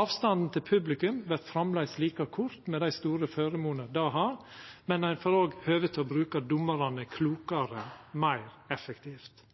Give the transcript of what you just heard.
Avstanden til publikum vert framleis like kort, med dei store føremonene det har, men ein får òg høve til å bruka dommarane klokare, meir effektivt.